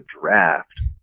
draft